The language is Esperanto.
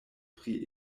pri